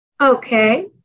Okay